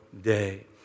day